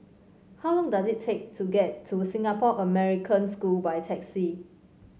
how long does it take to get to Singapore American School by taxi